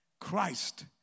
Christ